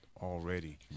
already